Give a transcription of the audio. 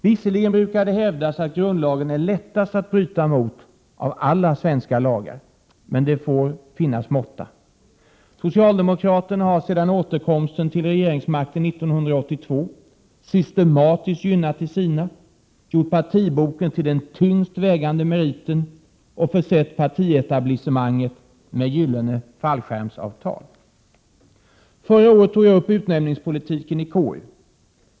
Det brukar visserligen hävdas att grundlagen är lättast att bryta mot av alla svenska lagar, men det får finnas måtta. Socialdemokraterna har sedan återkomsten till regeringsmakten 1982 systematiskt gynnat de sina, gjort partiboken till den tyngst vägande meriten och försett partietablissemanget med gyllene fallskärmsavtal. Förra året tog jag upp utnämningspolitiken i KU.